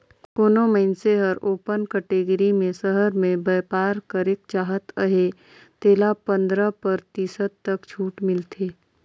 कोनो मइनसे हर ओपन कटेगरी में सहर में बयपार करेक चाहत अहे तेला पंदरा परतिसत तक छूट मिलथे